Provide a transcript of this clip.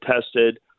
tested